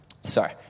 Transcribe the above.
sorry